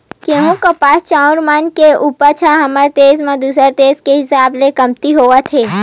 गहूँ, कपास, चाँउर मन के उपज ह हमर देस म दूसर देस के हिसाब ले कमती होवत हे